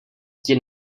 jdi